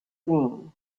seen